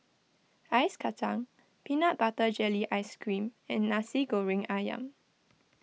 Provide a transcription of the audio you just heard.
Ice Kacang Peanut Butter Jelly Ice Cream and Nasi Goreng Ayam